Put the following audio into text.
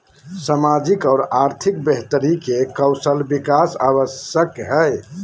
सामाजिक और आर्थिक बेहतरी ले कौशल विकास आवश्यक हइ